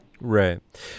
Right